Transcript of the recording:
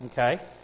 okay